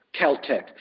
Caltech